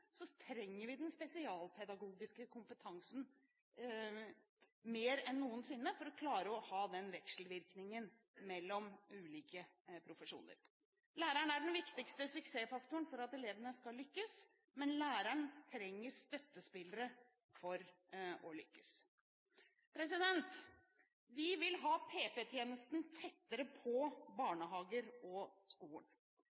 trenger vi den spesialpedagogiske kompetansen mer enn noen sinne for å klare å ha denne vekselvirkningen mellom ulike profesjoner. Læreren er den viktigste suksessfaktoren for at elevene skal lykkes, men læreren trenger støttespillere for å lykkes. Vi vil ha PP-tjenesten tettere på